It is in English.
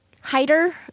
hider